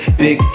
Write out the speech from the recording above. big